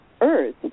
Earth